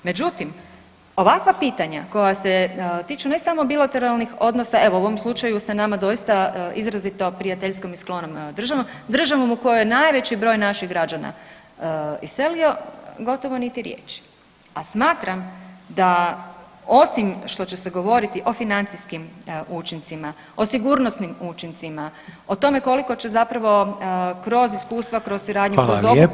Međutim, ovakva pitanja koja se tiču, ne samo bilateralnih odnosa, evo, u ovom slučaju sa nama doista izrazito prijateljskom i sklonom državom, državom u kojoj je najveći broj naših građana iselio, gotovo niti riječi, a smatram da, osim što će se govoriti o financijskim učincima, o sigurnosnim učincima, o tome koliko će zapravo kroz iskustva, kroz suradnju, kroz obuku